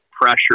pressure